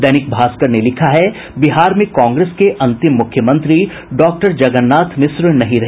दैनिक भास्कर ने लिखा है बिहार में कांग्रेस के अंतिम मुख्यमंत्री डॉक्टर जगन्नाथ मिश्र नहीं रहे